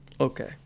Okay